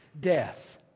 death